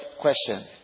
question